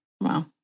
Wow